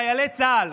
חיילי צה"ל,